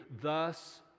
thus